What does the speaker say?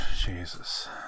Jesus